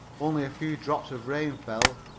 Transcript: only a few drops of rain fell.